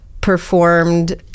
performed